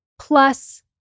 plus